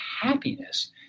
happiness